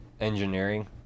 engineering